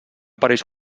pareix